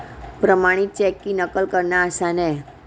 प्रमाणित चेक की नक़ल करना आसान है